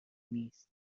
نیست